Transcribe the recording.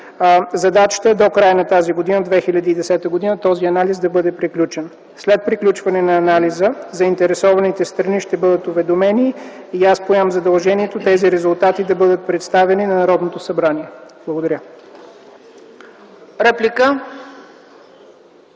Задачата е до края на 2010 г. този анализ да бъде приключен. След приключване на анализа заинтересованите страни ще бъдат уведомени и аз поемам задължението тези резултати да бъдат представени на Народното събрание. Благодаря.